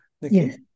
Yes